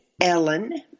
Ellen